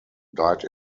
died